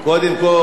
קודם כול,